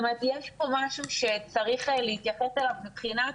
זאת אומרת יש פה משהו שצריך להתייחס אליו מבחינת